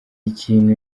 ikintu